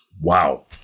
Wow